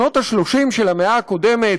שנות ה-30 של המאה הקודמת,